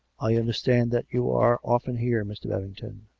i understand that you are often here, mr. babington.